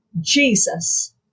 Jesus